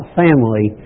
family